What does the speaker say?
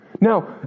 Now